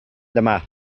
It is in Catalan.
demà